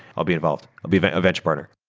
i'll be involved. i'll be a venture partner.